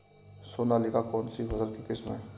सोनालिका कौनसी फसल की किस्म है?